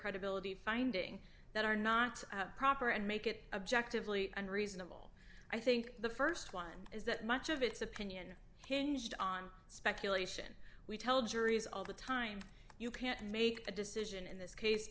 credibility finding that are not proper and make it objective lete and reasonable i think the st one is that much of its opinion hinged on speculation we tell juries all the time you can't make a decision in this case